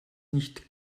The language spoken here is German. nicht